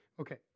Okay